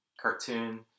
cartoon